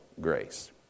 grace